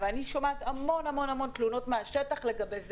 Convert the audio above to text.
ואני שומעת תלונות רבות מהשטח לגבי זה,